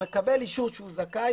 הוא מקבל אישור שהוא זכאי,